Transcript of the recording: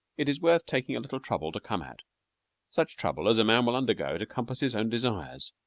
it is worth taking a little trouble to come at such trouble as a man will undergo to compass his own desires.